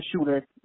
shooter